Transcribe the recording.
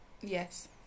Yes